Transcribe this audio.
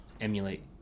Emulate